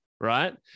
right